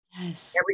Yes